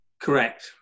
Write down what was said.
Correct